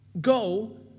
go